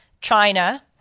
China